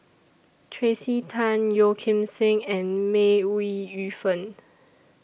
Tracey Tan Yeo Kim Seng and May Ooi Yu Fen